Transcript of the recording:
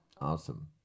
awesome